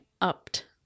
upped